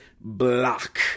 block